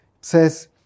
says